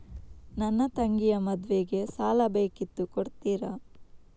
ನನ್ನ ತಂಗಿಯ ಮದ್ವೆಗೆ ಸಾಲ ಬೇಕಿತ್ತು ಕೊಡ್ತೀರಾ?